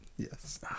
Yes